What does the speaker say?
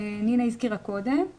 זה קצת נוסח מסורבל.